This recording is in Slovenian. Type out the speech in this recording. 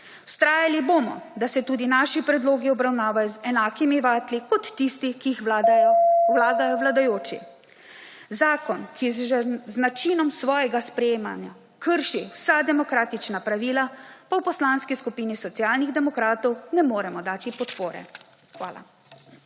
Vztrajali bomo, da se tudi naši predlogi obravnavajo z enakimi vatli kot tisti, ki jih vlagajo vladajoči. Zakon, ki z načinom svojega sprejemanja krši vsa demokratična pravila pa v Poslanski skupini Socialnih demokratov ne moremo dati podpore. Hvala.